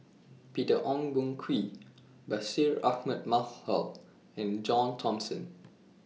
Peter Ong Boon Kwee Bashir Ahmad Mallal and John Thomson